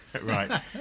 right